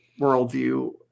worldview